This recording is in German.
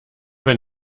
wenn